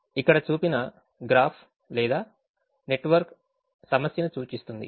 ఇక్కడ చూపిన గ్రాఫ్ లేదా నెట్వర్క్ సమస్యను సూచిస్తుంది